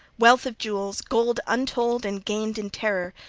wealth of jewels, gold untold and gained in terror,